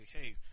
hey